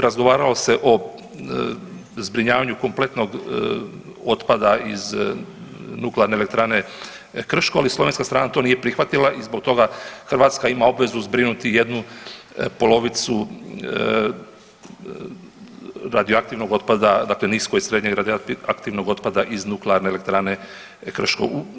Razgovaralo se o zbrinjavanju kompletnog otpada iz Nuklearne elektrane Krško, ali slovenska strana to nije prihvatila i zbog toga Hrvatska ima obvezu zbrinuti jednu polovicu radioaktivnog otpada, dakle nisko i srednje radioaktivnog otpada iz Nuklearne elektrane Krško.